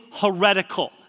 heretical